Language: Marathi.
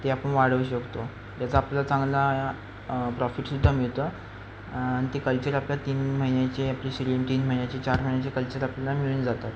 ते आपण वाढवू शकतो याचा आपल्याला चांगला प्रॉफिटसुद्धा मिळतं आणि ते कल्चर आपल्याला तीन महिन्याचे आपली शिडीम तीन महिन्याचे चार महिन्याचे कल्चर आपल्याला मिळून जातात